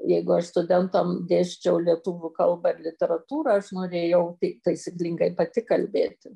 jeigu aš studentam dėsčiau lietuvių kalbą ir literatūrą aš norėjau tai taisyklingai pati kalbėti